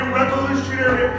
revolutionary